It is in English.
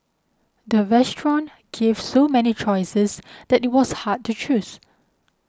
the restaurant gave so many choices that it was hard to choose